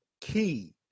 key